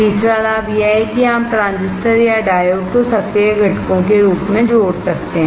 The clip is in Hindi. तीसरा लाभ यह है कि आप ट्रांजिस्टर या डायोड को सक्रिय घटकों के रूप में जोड़ सकते हैं